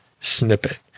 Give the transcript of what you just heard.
snippet